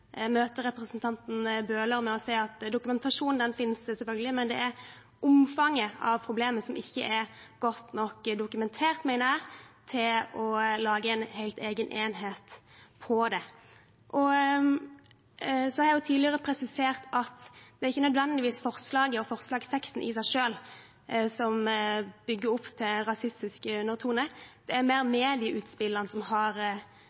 representanten Bøhler med å si at dokumentasjonen, den finnes selvfølgelig, men det er omfanget av problemet som ikke er godt nok dokumentert, mener jeg, til å lage en helt egen enhet for det. Jeg har tidligere presisert at det ikke nødvendigvis er forslaget og forslagsteksten i seg selv som bygger opp til en rasistisk undertone. Det er mer medieutspillene som har kommet fram i sammenheng med dette forslaget, der jeg mener Senterpartiet bevisst har